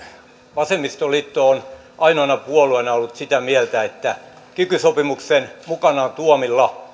vasemmistoliitto on ainoana puolueena ollut sitä mieltä että kiky sopimuksen mukanaan tuomilla